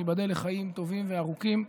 ייבדל לחיים טובים וארוכים.